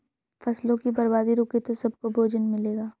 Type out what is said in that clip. फसलों की बर्बादी रुके तो सबको भोजन मिलेगा